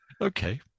Okay